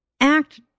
act